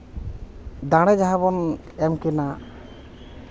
ᱫᱟᱲᱮ ᱡᱟᱦᱟᱸ ᱵᱚᱱ ᱮᱢ ᱠᱤᱱᱟ